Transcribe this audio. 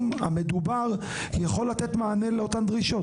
המדובר יכול לתת מענה לאותן דרישות?